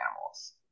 animals